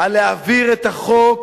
על להעביר את החוק,